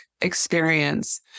experience